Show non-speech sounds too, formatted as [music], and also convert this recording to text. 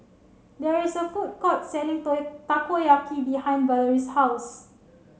there is a food court selling [unintelligible] Takoyaki behind Valorie's house